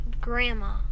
Grandma